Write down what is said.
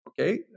okay